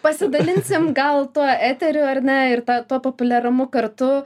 pasidalinsim gal tuo eteriu ar ne ir tą tuo populiarumu kartu